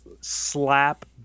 slap